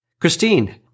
Christine